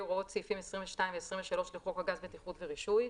הוראות סעיפים 22 ו-23 לחוק הגז (בטיחות ורישוי)